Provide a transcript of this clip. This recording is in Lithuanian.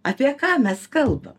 apie ką mes kalba